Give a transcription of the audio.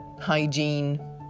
hygiene